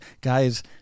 guys